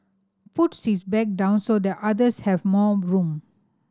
puts his bag down so that others have more room